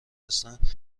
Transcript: هستند